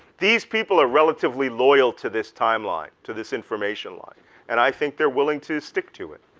these people are relatively loyal to this timeline, to this information line and i think they're willing to stick to it.